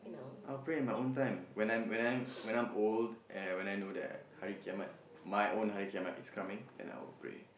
I will pray in my own time when I when I'm when I'm old and when I know that hari kiamat my my own hari kiamat is coming then I will pray